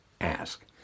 ask